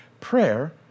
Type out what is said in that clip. Prayer